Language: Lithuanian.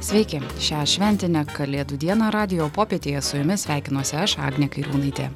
sveiki šią šventinę kalėdų dieną radijo popietėje su jumis sveikinuosi aš agnė kairiūnaitė